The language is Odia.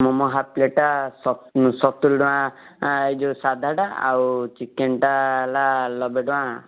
ମୋମୋ ହାଫ୍ ପ୍ଲେଟ୍ ଟା ସତୁରୀ ଟଙ୍କା ଏଇ ଯୋଉ ସାଧାଟା ଆଉ ଚିକେନ୍ ଟା ହେଲା ନବେଟଙ୍କା